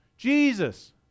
Jesus